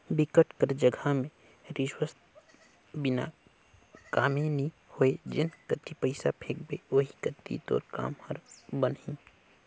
बिकट कर जघा में रिस्वत बिना कामे नी होय जेन कती पइसा फेंकबे ओही कती तोर काम हर बनही